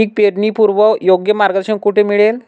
पीक पेरणीपूर्व योग्य मार्गदर्शन कुठे मिळेल?